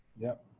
yep.